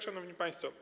Szanowni Państwo!